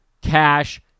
cash